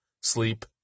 sleep